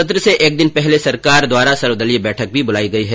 सत्र से एक दिन पहले सरकार द्वारा सर्वदलीय बैठक भी बुलाई गई है